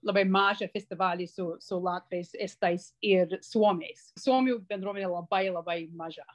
labai mažą festivalį su su latviais estais ir suomiais suomių bendruomenė labai labai maža